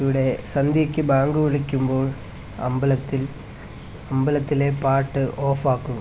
ഇവിടെ സന്ധ്യക്ക് ബാങ്ക് വിളിക്കുമ്പോള് അമ്പലത്തില് അമ്പലത്തിലെ പാട്ട് ഓഫാക്കും